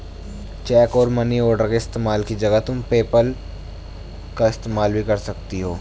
check और money order के इस्तेमाल की जगह तुम पेपैल का इस्तेमाल भी कर सकती हो